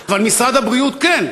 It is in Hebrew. אבל משרד הבריאות כן,